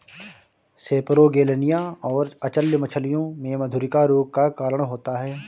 सेपरोगेलनिया और अचल्य मछलियों में मधुरिका रोग का कारण होता है